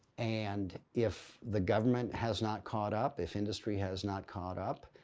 and if the government has not caught up, if industry has not caught up,